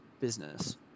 business